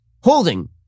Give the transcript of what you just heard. holding